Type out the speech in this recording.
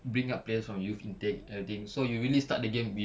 bring up players from youth intake everything so you really start the game with